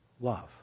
love